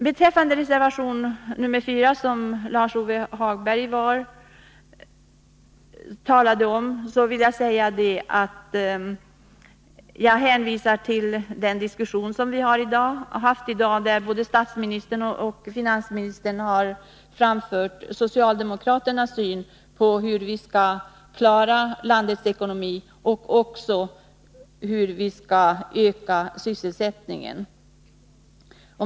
Beträffande reservation nr 4, som Lars-Ove Hagberg talade för, vill jag hänvisa till den diskussion som förts här tidigare i dag och där både statsministern och finansministern har framfört socialdemokraternas syn på hur vi skall klara landets ekonomi och på hur vi skall öka sysselsättningen.